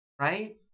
Right